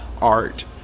art